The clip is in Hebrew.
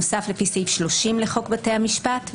סעיף 31 לחוק בתי המשפט.